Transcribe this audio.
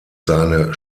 seine